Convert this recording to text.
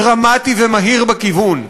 דרמטי ומהיר בכיוון.